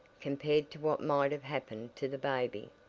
compared to what might have happened to the baby.